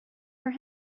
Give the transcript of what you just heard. for